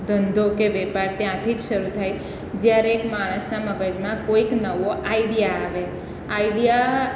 ધંધો કે વ્યાપાર ત્યાંથી જ શરૂ થાય જ્યારે એક માણસનાં મગજમાં કોઈક નવો આઇડિયા આવે આઇડિયા